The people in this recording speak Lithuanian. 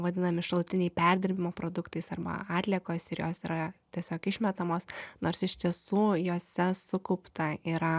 vadinami šalutiniai perdirbimo produktais arba atliekos ir jos yra tiesiog išmetamos nors iš tiesų jose sukaupta yra